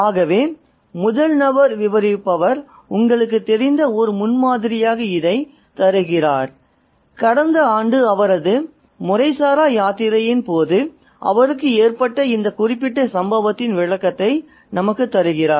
ஆகவே முதல் நபர் விவரிப்பவர் உங்களுக்குத் தெரிந்த ஒரு முன்மாதிரியாக இதைத் தருகிறார் கடந்த ஆண்டு அவரது முறைசாரா யாத்திரையின் போது அவருக்கு ஏற்பட்ட அந்த குறிப்பிட்ட சம்பவத்தின் விளக்கத்தை நமக்குத் தருகிறார்